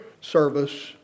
service